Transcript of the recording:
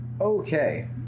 Okay